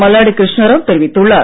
மல்லாடி கிருஷ்ணாராவ் தெரிவித்துள்ளார்